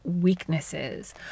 weaknesses